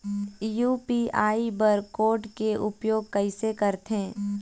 UPI bar code के उपयोग कैसे करथें?